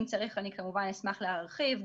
אם צריך, אני כמובן אשמח להרחיב.